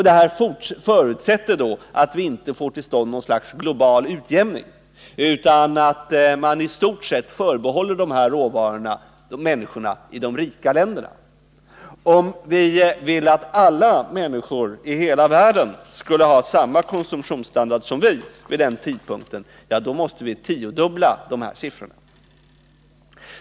Detta förutsätter att vi inte får till stånd något slags global utjämning utan i stort sett förbehåller människorna i de rika länderna dessa råvaror. Om vi vill att alla människor i hela världen vid denna tidpunkt skall ha samma konsumtionsstandard som vi, måste vi tiodubbla dessa siffror.